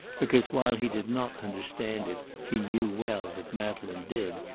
because, while he did not understand it, he knew well that madeleine did,